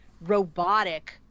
robotic